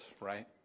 right